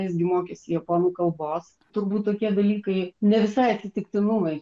jis gi mokėsi japonų kalbos turbūt tokie dalykai ne visai atsitiktinumai